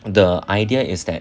the idea is that